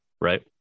Right